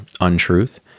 untruth